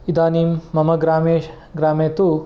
इदानीं मम ग्रामे ग्रामे तु